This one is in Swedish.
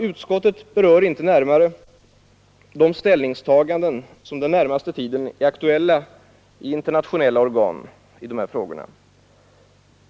Utskottet berör inte närmare de ställningstaganden som den närmaste tiden är aktuella i internationella organ i dessa frågor.